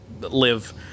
live